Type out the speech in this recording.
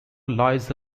lies